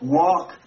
walk